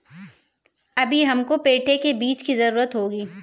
अभी हमको पेठे के बीज की जरूरत होगी